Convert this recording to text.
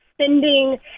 spending